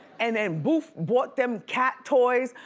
and then boof bought them cat toys.